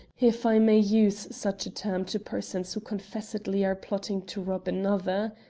if i may use such a term to persons who confessedly are plotting to rob another.